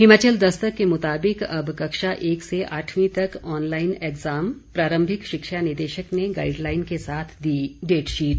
हिमाचल दस्तक के मुताबिक अब कक्षा एक से आठवीं तक ऑनलाईन एग्जाम प्रारंभिक शिक्षा निदेशक ने गाइडलाइन के साथ दी डेटशीट